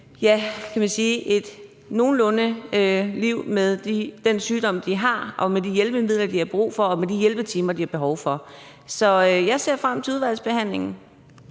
et, kan man sige, nogenlunde liv med den sygdom, de har – og det vil sige, at de får de hjælpemidler, de har brug for, og de hjælpetimer, de har behov for. Så jeg ser frem til udvalgsbehandlingen.